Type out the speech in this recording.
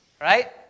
Right